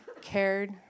cared